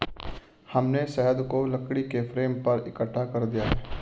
हमने शहद को लकड़ी के फ्रेम पर इकट्ठा कर दिया है